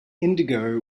indigo